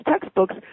textbooks